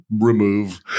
remove